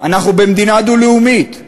אנחנו במדינה דו-לאומית.